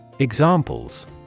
Examples